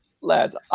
lads